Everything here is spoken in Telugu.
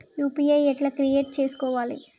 యూ.పీ.ఐ ఎట్లా క్రియేట్ చేసుకోవాలి?